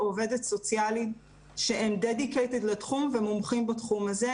עובדת סוציאלית שהם מחויבים לתחום ומומחים בתחום הזה,